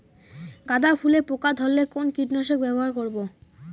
গাদা ফুলে পোকা ধরলে কোন কীটনাশক ব্যবহার করব?